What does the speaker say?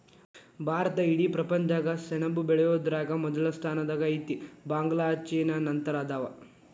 ಭಾರತಾ ಇಡೇ ಪ್ರಪಂಚದಾಗ ಸೆಣಬ ಬೆಳಿಯುದರಾಗ ಮೊದಲ ಸ್ಥಾನದಾಗ ಐತಿ, ಬಾಂಗ್ಲಾ ಚೇನಾ ನಂತರ ಅದಾವ